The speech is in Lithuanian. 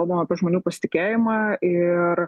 kalbame apie žmonių pasitikėjimą ir